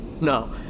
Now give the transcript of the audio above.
No